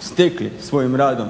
stekli svojim radom